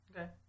Okay